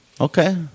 Okay